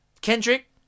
Kendrick